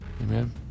Amen